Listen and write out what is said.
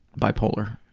bipolar.